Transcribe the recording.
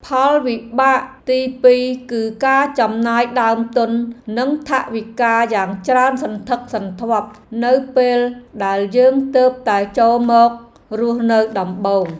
ផលវិបាកទីពីរគឺការចំណាយដើមទុននិងថវិកាយ៉ាងច្រើនសន្ធឹកសន្ធាប់នៅពេលដែលយើងទើបតែចូលមករស់នៅដំបូង។